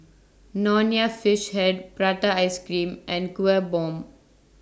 Nonya Fish Head Prata Ice Cream and Kueh Bom